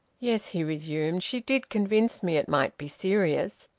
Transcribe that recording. yes, he resumed, she did convince me it might be serious.